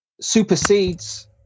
supersedes